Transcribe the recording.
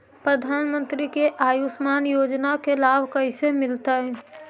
प्रधानमंत्री के आयुषमान योजना के लाभ कैसे मिलतै?